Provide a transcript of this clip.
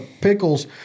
pickles